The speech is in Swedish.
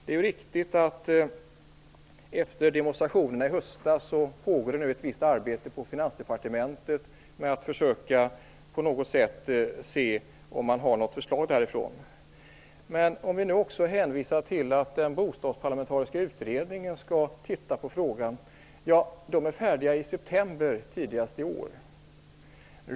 Det är riktigt att det efter demonstrationerna i höstas nu pågår ett visst arbete på Finansdepartementet med att försöka se om man på något sätt kan få fram något förslag därifrån. Men om vi nu också hänvisar till att den bostadsparlamentariska utredningen skall titta på frågan, ja, den är färdig tidigast i september i år.